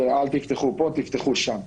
אל תפתחו פה, תפתחו שם.